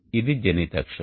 ఇది జెనిత్ అక్షం